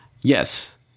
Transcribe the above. Yes